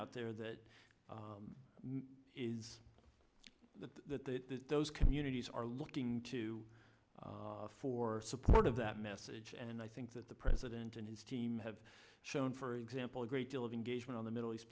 out there that is that those communities are looking to for support of that message and i think that the president and his team have shown for example a great deal of engagement in the middle east